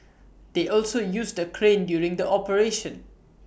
they also used A crane during the operation